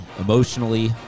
emotionally